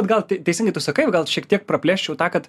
gal tei teisingai tu sakai jau gal šiek tiek praplėsčiau tą kad